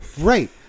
right